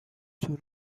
طول